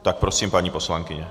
Tak prosím, paní poslankyně.